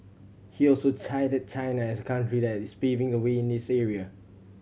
he also cited China as a country that is paving the way in this area